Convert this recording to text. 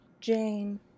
Jane